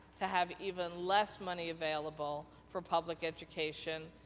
to have even less money available, for public education,